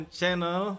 channel